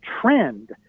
trend